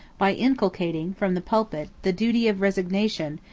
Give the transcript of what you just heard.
by inculcating, from the pulpit, the duty of resignation,